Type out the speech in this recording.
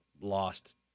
lost